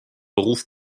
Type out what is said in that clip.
beruf